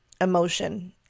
emotion